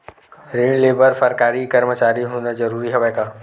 ऋण ले बर सरकारी कर्मचारी होना जरूरी हवय का?